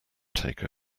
take